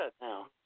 now